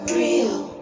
real